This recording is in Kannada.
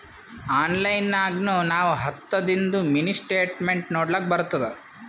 ಆನ್ಲೈನ್ ನಾಗ್ನು ನಾವ್ ಹತ್ತದಿಂದು ಮಿನಿ ಸ್ಟೇಟ್ಮೆಂಟ್ ನೋಡ್ಲಕ್ ಬರ್ತುದ